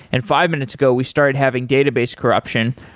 and five minutes ago, we started having database corruption.